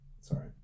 sorry